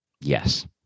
Yes